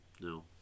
no